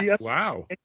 Wow